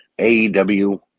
AEW